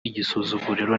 igisuzuguriro